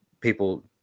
people